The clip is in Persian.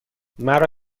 مرا